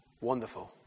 Wonderful